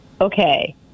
okay